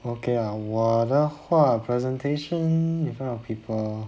okay ah 我的话 presentation in front of people